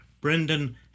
Brendan